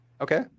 Okay